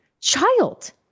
child